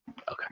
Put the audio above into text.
Okay